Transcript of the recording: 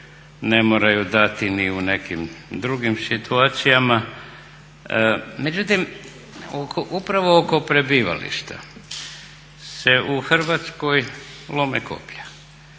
ne moraju dati ni u nekim drugim situacijama. Međutim, upravo oko prebivališta se u Hrvatskoj lome koplja,